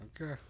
Okay